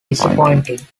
disappointing